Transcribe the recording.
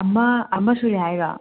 ꯑꯃ ꯑꯃ ꯁꯨꯔꯦ ꯍꯥꯏꯔꯣ